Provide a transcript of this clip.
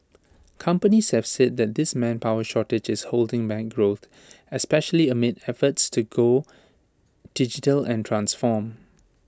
companies have said that this manpower shortage is holding back growth especially amid efforts to go digital and transform